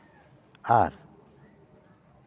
ᱟᱨ